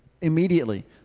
immediately